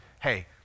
hey